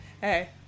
Hey